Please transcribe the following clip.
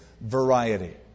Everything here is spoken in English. variety